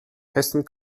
hessen